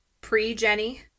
Pre-Jenny